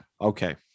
Okay